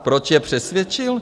Proč je přesvědčil?